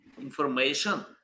information